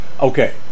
Okay